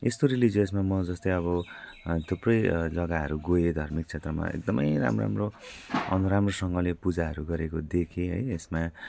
यस्तो रिलिजियसमा म जस्तै अब थुप्रै जग्गाहरू गएर धार्मिक क्षेत्रमा एकदमै राम्रो राम्रो अनि राम्रोसँगले पूजाहरू गरेको देखेँ है एसमा